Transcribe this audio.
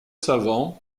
savants